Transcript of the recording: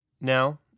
Now